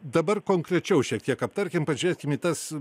dabar konkrečiau šiek tiek aptarkim pažiūrėkim į tas